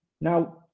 Now